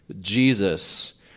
Jesus